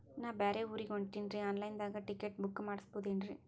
ನಾ ಬ್ಯಾರೆ ಊರಿಗೆ ಹೊಂಟಿನ್ರಿ ಆನ್ ಲೈನ್ ದಾಗ ಟಿಕೆಟ ಬುಕ್ಕ ಮಾಡಸ್ಬೋದೇನ್ರಿ?